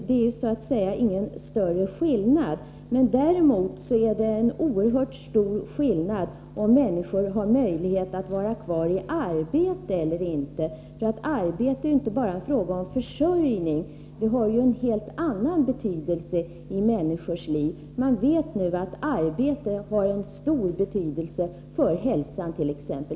Det är så att säga ingen större skillnad. Däremot är det en oerhört stor skillnad om människor har möjlighet att vara kvar i arbete eller inte. Arbete är ju inte bara en fråga om försörjning — det har en helt annan betydelse också i människors liv. Man vet nu att arbete har en stor betydelse för hälsan t.ex.